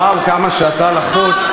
וואו, כמה שאתה לחוץ.